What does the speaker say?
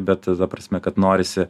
bet ta prasme kad norisi